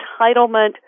entitlement